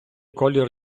колір